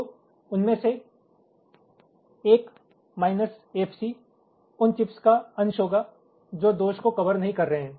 तो उनमें से 1 माइनस एफसी उन चिप्स का अंश होगा जो दोष को कवर नहीं कर रहे हैं